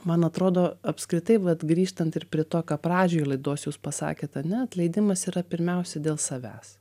man atrodo apskritai vat grįžtant ir prie to ką pradžioj laidos jūs pasakėt ane atleidimas yra pirmiausia dėl savęs